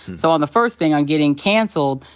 so on the first thing, on getting canceled,